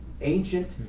ancient